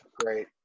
Great